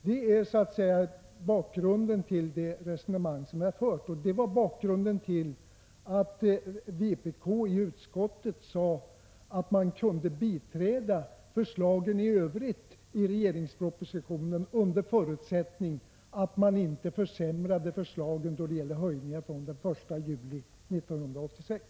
Det är bakgrunden till det resonemang jag fört och till att vpk i utskottet var berett att biträda regeringspropositionens förslag i övrigt, under förutsättning att man inte försämrade förslagen då det gällde höjningar från den 1 juli 1986.